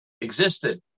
existed